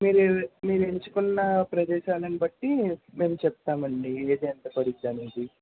మీరు మీరెంచుకున్న ప్రదేశాలని బట్టి మేము చెప్తామండి ఏది ఎంత పడుతుంది అనేసి